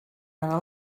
anar